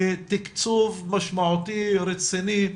לתקצוב משמעותי, רציני,